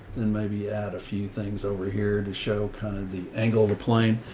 then maybe add a few things over here to show kind of the angle of the plane.